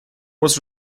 was